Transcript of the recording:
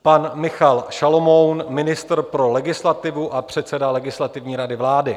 Pan Michal Šalomoun, ministr pro legislativu a předseda Legislativní rady vlády.